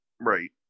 Right